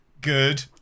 Good